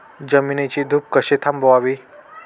जमिनीची धूप कशी थांबवावी?